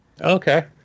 Okay